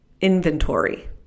inventory